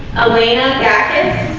elena atkins